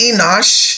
Enosh